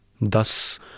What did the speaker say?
Thus